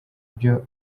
byo